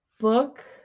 book